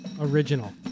original